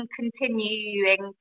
continuing